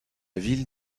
ville